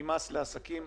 ממס לעסקים